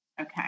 Okay